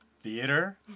Theater